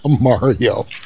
Mario